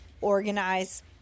organize